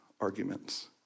arguments